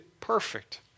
perfect